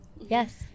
Yes